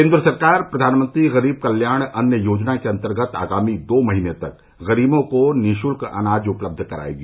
केंद्र सरकार प्रधानमंत्री गरीब कल्याण अन्न योजना के अन्तर्गत आगामी दो महीने तक गरीबों को निःशुल्क अनाज उपलब्ध कराएगी